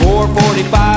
4.45